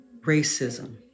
racism